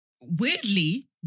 weirdly